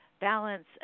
balance